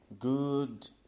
Good